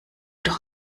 doch